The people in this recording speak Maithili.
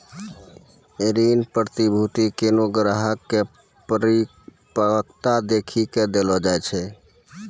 ऋण प्रतिभूती कोनो ग्राहको के परिपक्वता देखी के देलो जाय छै